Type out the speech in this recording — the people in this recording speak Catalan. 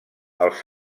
els